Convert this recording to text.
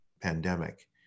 pandemic